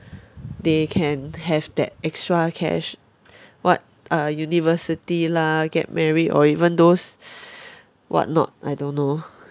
they can have that extra cash what uh university lah get married or even those whatnot I don't know